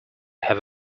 have